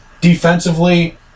defensively